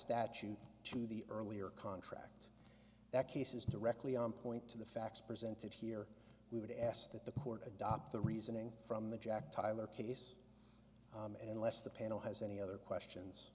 statute to the earlier contract that cases directly on point to the facts presented here we would ask that the court adopt the reasoning from the jack tyler case and unless the panel has any other questions